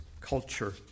culture